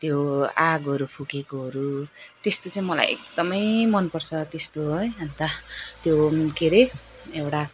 त्यो आगोहरू फुकेकोहरू त्यस्तो चाहिँ मलाई एकदमै मनपर्छ त्यस्तो है अन्त त्यो के अरे एउटा